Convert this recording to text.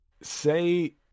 Say